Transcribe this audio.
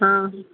ಹಾಂ